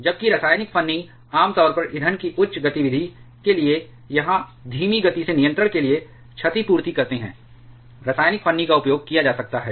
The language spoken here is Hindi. जबकि रासायनिक फन्नी आमतौर पर ईंधन की उच्च गतिविधि के लिए या धीमी गति से नियंत्रण के लिए क्षतिपूर्ति करते हैं रासायनिक फन्नी का उपयोग किया जा सकता है